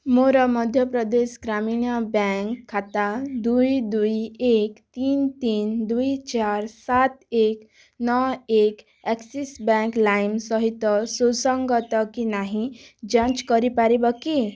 ମୋର ମଧ୍ୟପ୍ରଦେଶ ଗ୍ରାମୀଣ ବ୍ୟାଙ୍କ୍ ଖାତା ଦୁଇ ଦୁଇ ଏକ ତିନି ତିନି ଦୁଇ ଚାରି ସାତ ଏକ ନଅ ଏକ ଆକ୍ସିସ୍ ବ୍ୟାଙ୍କ୍ ଲାଇମ୍ ସହିତ ସୁସଙ୍ଗତ କି ନାହିଁ ଯାଞ୍ଚ କରିପାରିବ କି